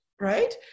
right